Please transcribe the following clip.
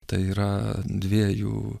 tai yra dviejų